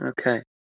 Okay